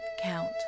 count